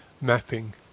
Mapping